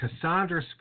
Cassandra